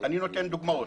אני נותן דוגמאות: